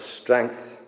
strength